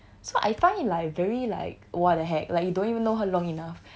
so I find it like very like what the heck like you don't even know her long enough